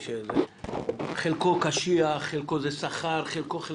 חלקו קשיח, חלקו שכר.